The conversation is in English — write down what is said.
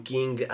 King